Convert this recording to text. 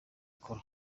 col